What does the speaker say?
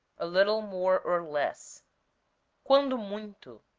a little more or less quando muito,